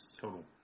total